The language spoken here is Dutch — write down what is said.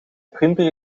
printer